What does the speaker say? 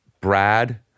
Brad